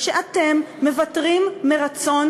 שבו לקחו חלק נציגים של מכינות חילוניות ודתיות,